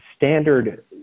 Standard